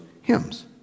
hymns